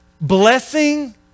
blessing